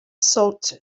sault